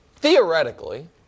theoretically